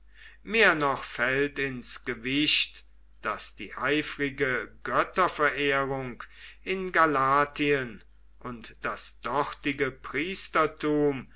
mehr noch fällt ins gewicht daß die eifrige götterverehrung in galatien und das dortige priestertum